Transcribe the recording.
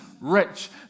rich